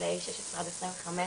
מגילאי שש עשרה ועד עשרים וחמש,